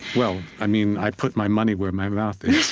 well, i mean, i put my money where my mouth is.